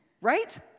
Right